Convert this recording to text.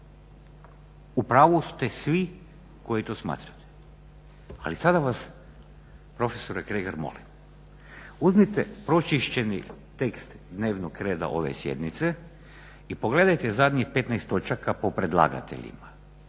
U pravu ste svi koji to smatrate. Ali sada vas profesore Kregar molim, uzmite pročišćeni tekst dnevnog reda ove sjednice i pogledajte zadnjih 15 točaka po predlagateljima.